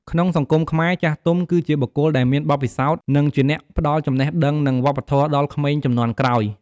ក្នុងសង្គមខ្មែរ ចាស់ទុំ គឺជាបុគ្គលដែលមានបទពិសោធន៍ និងជាអ្នកផ្ដល់ចំណេះដឹង និង វប្បធម៌ដល់ក្មេងជំនាន់ក្រោយ។